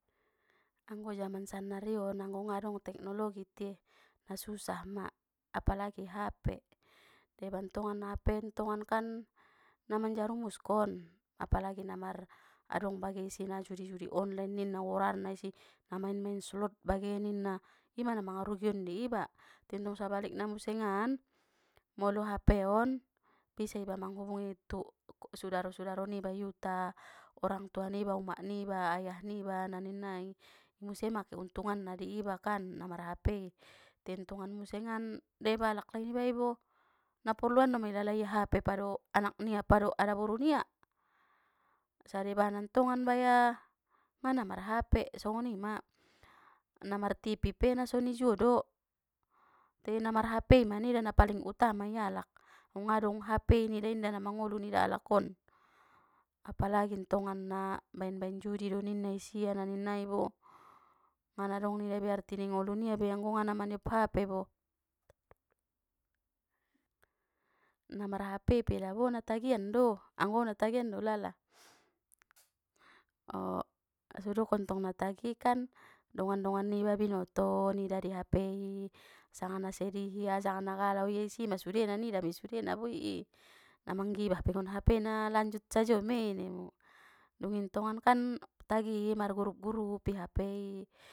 Anggo jaman sannari on anggo ngadong teknologi te na susah ma apalagi hape deba ntongan hape ntongan kan na manjarumuskon apalagi na mar adong bage isi na judi-judi onlen ninna gorarna isi na maen maen slot bagen ninna ima na mangarugion di iba tentong sabalikna musengan molo hape on bisa iba manghubungi tu sudaro-sudaro niba i uta orang tua niba umak niba ayah niba na nin nai ima muse ma keuntunganna di iba kan namar hapei tentongan musengan deba alakali nibai bo na porluan doma ilala ia hape pado anak nia pado adaboru nia, sadeba na ntongan baya ngana mar hape songonima na mar tipi pe na soni juo do te namar hape ma na nida na paling utama i alak dung ngadong hapei nida inda na mangolu nida alak on, apalagi ntongan na baen baen judi do ninna isia na ninnai bo, ngana dong nida ibe arti ni ngolu nia be anggo ngana maniop hape bo. Namarhapei pe dabo na tagian do anggo au na tagian do ulala, so udokon ntong na tagi kan dongan niba binoto nida di hapei sanga na sedih ia sanga na galau ia isima sudena nida mei sudena bo i i na manggibah pe ngon hapei na lanjut sajo mei nimu dungintongan kan tagi mar grup-grup i hape i.